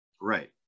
Right